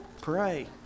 pray